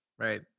Right